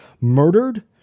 murdered